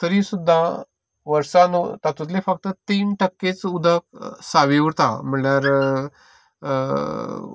तरी सुद्दां वर्सान तातुतलें फक्त तीन टक्केच उदक सावी उरता म्हणल्यार